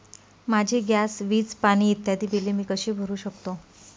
माझी गॅस, वीज, पाणी इत्यादि बिले मी कशी भरु शकतो?